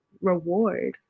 reward